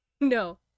No